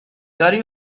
داری